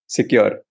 Secure